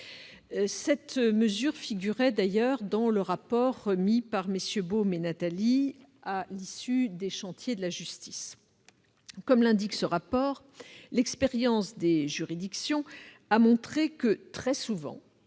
telle mesure figurait d'ailleurs dans le rapport remis par MM. Beaume et Natali à l'issue des chantiers de la justice. Comme eux-mêmes l'indiquaient, l'expérience des juridictions a montré que, très souvent,